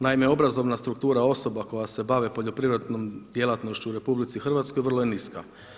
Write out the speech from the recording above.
Naime obrazovna struktura osoba koja se bave poljoprivrednog djelatnošću u RH vrlo je niska.